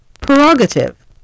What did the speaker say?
prerogative